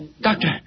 Doctor